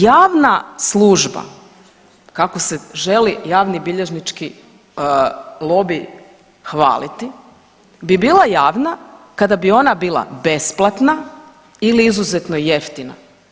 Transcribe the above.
Javna služba kako se želi javnobilježnički lobi hvaliti, bi bila javna kada bi ona bila besplatna ili izuzetno jeftina.